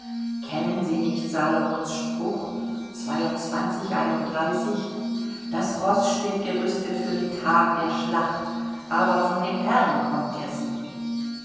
kennen sie nicht salomos spruch das roß steht gerüstet für den tag der schlacht aber von dem herrn kommt der sieg